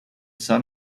son